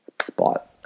spot